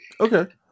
Okay